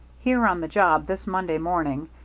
here on the job this monday morning,